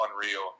unreal